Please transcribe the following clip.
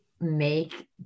make